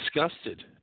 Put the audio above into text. disgusted